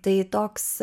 tai toks